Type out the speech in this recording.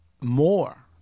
more